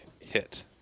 hit